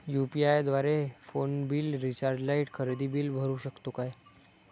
UPI द्वारे phone bill, recharge, light, खरेदी bill भरू शकतो का?